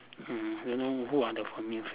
mm don't know who are the familiar